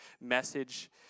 message